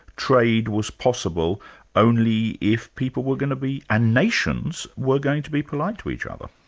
trade was possible only if people were going to be, and nations were going to be, polite to each other.